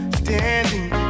standing